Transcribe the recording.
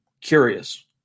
curious